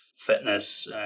fitness